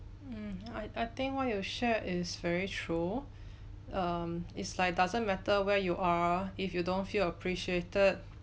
mm I I think what you share is very true um it's like doesn't matter where you are if you don't feel appreciated